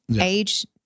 Age